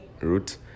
route